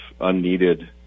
unneeded